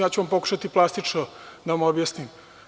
Ja ću pokušati plastično da vam objasnim.